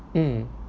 mm